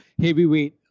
heavyweight